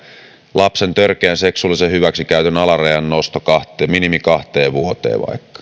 lapsen törkeän seksuaalisen hyväksikäytön alarajan nosto vaikka kahteen vuoteen minimissään